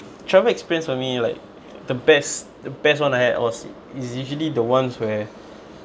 travel experience for me like the best the best one I had was is usually the ones where